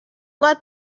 let